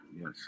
Yes